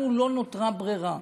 לנו לא נותרה ברירה,